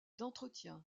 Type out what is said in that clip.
d’entretien